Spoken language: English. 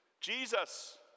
Jesus